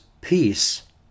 peace